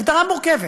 הגדרה מורכבת,